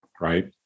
right